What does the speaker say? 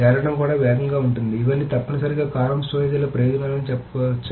చేరడం కూడా వేగంగా ఉంటుంది ఇవన్నీ తప్పనిసరిగా కాలమ్ స్టోరేజీల ప్రయోజనాలు అని చెప్పారు